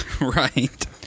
Right